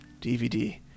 DVD